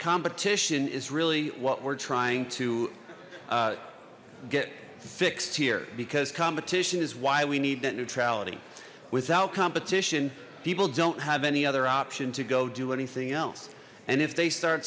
competition is really what we're trying to get fixed here because competition is why we need net neutrality without competition people don't have any other option to go do anything else and if they start